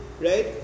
right